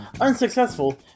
Unsuccessful